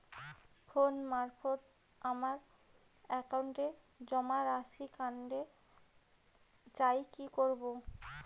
Phone মারফত আমার একাউন্টে জমা রাশি কান্তে চাই কি করবো?